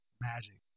magic